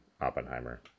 Oppenheimer